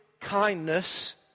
kindness